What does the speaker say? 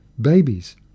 babies